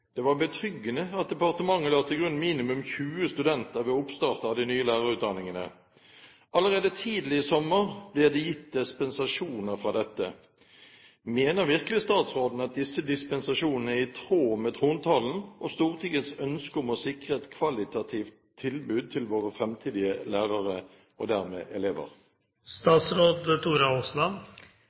Det var betryggende at departementet la til grunn minimum 20 studenter ved oppstart av de nye lærerutdanningene. Allerede tidlig i sommer ble det gitt dispensasjoner fra dette. Mener virkelig statsråden at disse dispensasjonene er i tråd med trontalen og Stortingets ønske om å sikre et kvalitativt tilbud til våre fremtidige lærere og